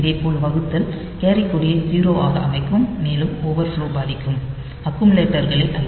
இதேபோல் வகுத்தல் கேரி கொடியை 0 ஆக அமைக்கும் மேலும் ஓவர் ஃப்லோ பாதிக்கும் அக்குமுலேட்டர்களை அல்ல